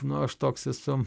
nu aš toks esu